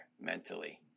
mentally